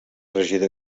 regidor